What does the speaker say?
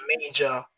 major